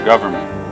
government